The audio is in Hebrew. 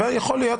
יכול להיות,